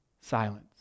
silence